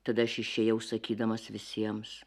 tada aš išėjau sakydamas visiems